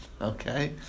okay